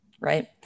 Right